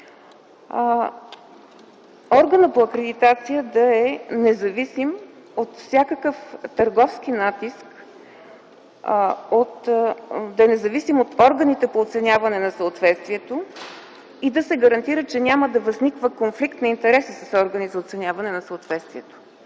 органът по акредитация да е независим от всякакъв търговски натиск, да е независим от органите по оценяване на съответствието и да се гарантира, че няма да възниква конфликт на интереси с органи за оценяване на съответствието.